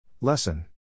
Lesson